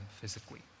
physically